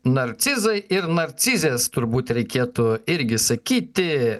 narcizai ir narcizės turbūt reikėtų irgi sakyti